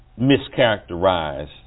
mischaracterized